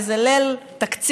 באיזה ליל תקציב,